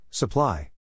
Supply